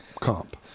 comp